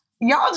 Y'all